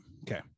okay